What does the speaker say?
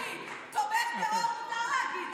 "תומך טרור" מותר להגיד.